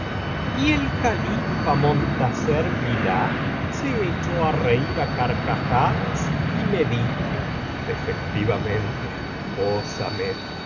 y el califa montasser billah se echó á reir á carcajadas y me dijo efectivamente oh samet